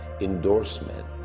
endorsement